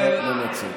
מדבר בנט תרחק.